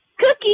Cookie